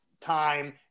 time